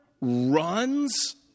runs